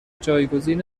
جایگزین